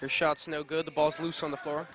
her shots no good the balls loose on the floor